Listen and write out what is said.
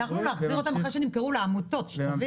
הצלחתם להחזיר אותן אחרי שנמכרו לעמותות, תבין.